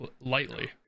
lightly